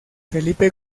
felipe